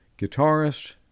guitarist